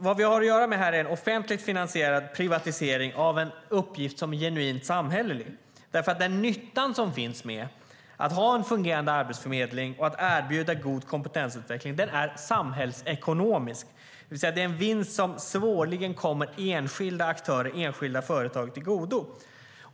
Vad vi har att göra med här är en offentligt finansierad privatisering av en uppgift som är genuint samhällelig. Den nytta som finns med att ha en fungerande arbetsförmedling och erbjuda god kompetensutveckling är samhällsekonomisk. Det är en vinst som svårligen kommer enskilda aktörer och företag till godo.